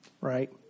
right